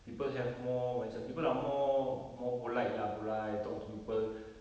people have more macam people are more more polite lah bila I talk to people